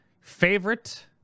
Favorite